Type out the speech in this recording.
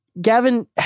Gavin